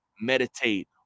meditate